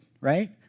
right